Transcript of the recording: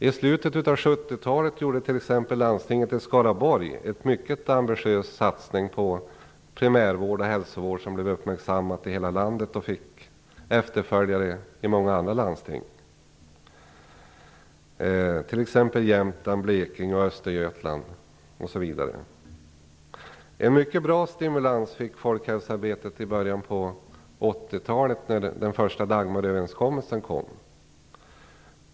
I slutet av 70-talet gjorde t.ex. landstinget i Skaraborg en mycket ambitiös satsning på primärvård och hälsovård som blev uppmärksammad i hela landet och fick efterföljare i många andra landsting, t.ex. Jämtland, Blekinge och Östergötland. Folkhälsoarbetet fick en mycket bra stimulans i början på 80-talet då den första Dagmaröverenskommelsen kom.